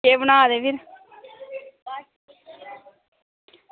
केह् बना दे फिर